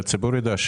שהציבור יידע,